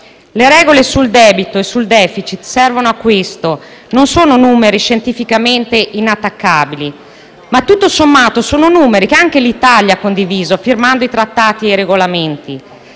Le regole sul debito e sul *deficit* servono a questo. Non sono numeri scientificamente inattaccabili, ma, tutto sommato, sono numeri che anche l'Italia ha condiviso, firmando i trattati e i regolamenti.